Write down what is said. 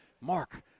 Mark